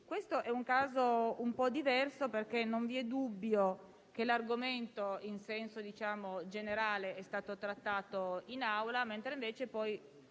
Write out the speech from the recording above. questo è un caso un po' diverso, perché non vi è dubbio che l'argomento in senso generale sia stato trattato in Aula, ma si